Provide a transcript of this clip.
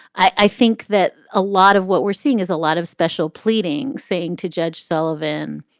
i think that a lot of what we're seeing is a lot of special pleading, saying to judge sullivan,